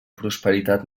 prosperitat